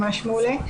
ממש מעולה,